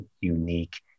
unique